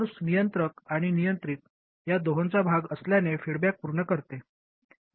स्रोत नियंत्रक आणि नियंत्रण या दोहोंचा भाग असल्याने फीडबॅक पूर्ण करते